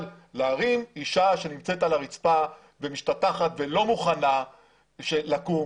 אבל להרים אישה שנמצאת על הרצפה ומשתטחת לא מוכנה לקום